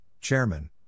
chairman